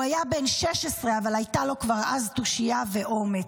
הוא היה בן 16, אבל הייתה לו כבר אז תושייה ואומץ.